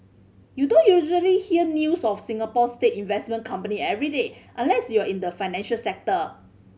you don't usually hear news of Singapore's state investment company every day unless you're in the financial sector